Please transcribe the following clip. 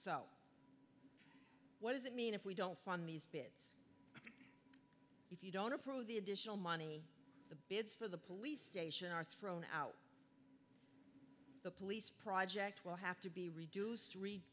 so what does it mean if we don't fund these big if you don't approve the additional money the bids for the police station are thrown out the police project will have to be reduced